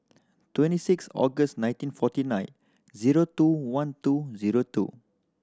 twenty six August nineteen forty nine zero two one two zero two